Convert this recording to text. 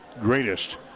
greatest